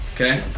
okay